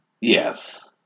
Yes